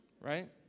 Right